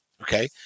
Okay